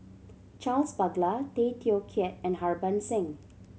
Charles Paglar Tay Teow Kiat and Harbans Singh